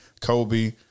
Kobe